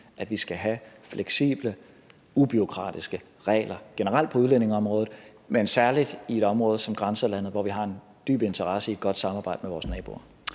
at vi skal have fleksible, ubureaukratiske regler generelt på udlændingeområdet, men særlig i et område som grænselandet, hvor vi har en dyb interesse i et godt samarbejde med vores naboer.